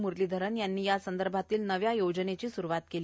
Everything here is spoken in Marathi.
मुरलीधरन यांनी यासंदर्भातील नव्या योजनेची सुरुवात केली